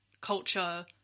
culture